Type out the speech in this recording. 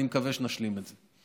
אני מקווה שנשלים את זה.